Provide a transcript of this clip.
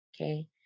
Okay